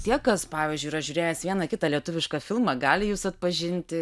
tie kas pavyzdžiui yra žiūrėjęs vieną kitą lietuvišką filmą gali jus atpažinti